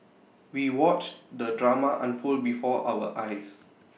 we watched the drama unfold before our eyes